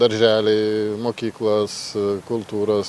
darželiai mokyklos kultūros